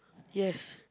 yes